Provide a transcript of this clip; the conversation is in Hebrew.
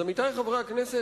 עמיתי חברי הכנסת,